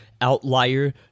outlier